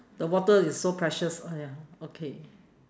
the water is so precious !aiya! okay